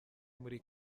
muri